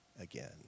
again